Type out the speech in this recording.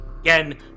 Again